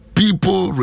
people